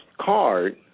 card